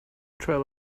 trail